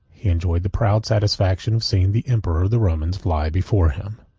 he enjoyed the proud satisfaction of seeing the emperor of the romans fly before him.